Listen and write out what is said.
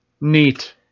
Neat